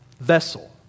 vessel